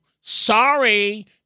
Sorry